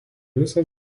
visas